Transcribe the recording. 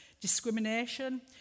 discrimination